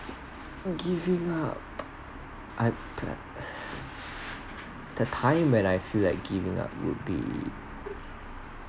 giving up I p~ the time when I feel like giving up would be